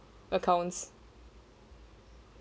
accounts